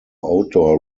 outdoor